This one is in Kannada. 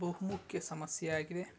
ಬಹುಮುಖ್ಯ ಸಮಸ್ಯೆಯಾಗಿದೆ